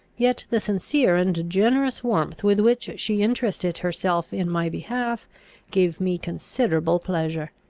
yet the sincere and generous warmth with which she interested herself in my behalf gave me considerable pleasure.